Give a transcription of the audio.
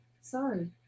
Sorry